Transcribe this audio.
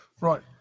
Right